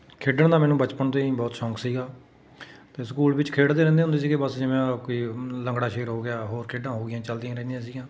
ਖੇਡਣ ਦਾ ਮੈਨੂੰ ਬਚਪਨ ਤੋਂ ਹੀ ਬਹੁਤ ਸ਼ੌਂਕ ਸੀਗਾ ਅਤੇ ਸਕੂਲ ਵਿੱਚ ਖੇਡਦੇ ਰਹਿੰਦੇ ਹੁੰਦੇ ਸੀਗੇ ਬਸ ਜਿਵੇਂ ਕੋਈ ਲੰਗੜਾ ਸ਼ੇਰ ਹੋ ਗਿਆ ਹੋਰ ਖੇਡਾਂ ਹੋ ਗਈਆਂ ਚਲਦੀਆਂ ਰਹਿੰਦੀਆਂ ਸੀਗੀਆਂ